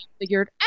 figured